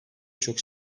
çok